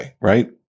right